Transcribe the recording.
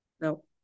No